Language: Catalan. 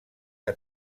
que